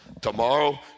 Tomorrow